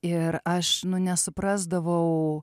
ir aš nesuprasdavau